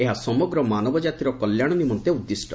ଏହା ସମଗ୍ର ମାନବ ଜାତିର କଲ୍ୟାଣ ନିମନ୍ତେ ଉଦ୍ଦିଷ୍ଟ